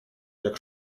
jak